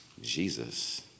Jesus